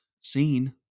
seen